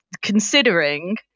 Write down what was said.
considering